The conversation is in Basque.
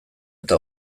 eta